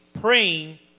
praying